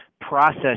process